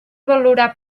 valorar